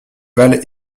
val